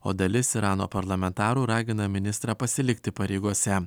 o dalis irano parlamentarų ragina ministrą pasilikti pareigose